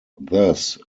thus